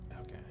okay